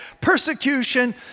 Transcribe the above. persecution